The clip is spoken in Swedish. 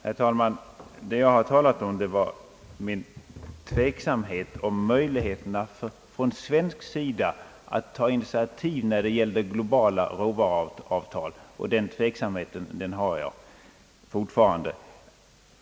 Herr talman! Jag har talat om min tveksamhet i fråga om möjligheterna att från svensk sida ta initiativ för att skapa globala råvaruavtal, och den tveksamheten hyser jag fortfarande.